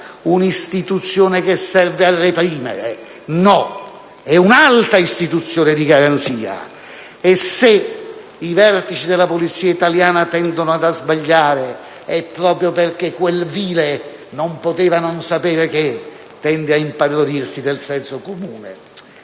un'istituzione che serve a reprimere! No, è un'alta istituzione di garanzia! E se i vertici della Polizia italiana tendono a sbagliare è proprio perché quel vile «non poteva non sapere» tende a impadronirsi del senso comune.